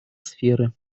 сферы